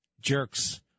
jerks